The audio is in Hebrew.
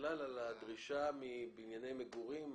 בכלל על הדרישה מבנייני מגורים.